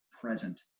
present